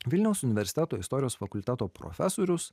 vilniaus universiteto istorijos fakulteto profesorius